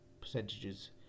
percentages